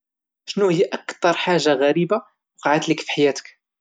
شنوهيا اكثر حاجة غريبة وقعات لك في حياتك؟